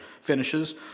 finishes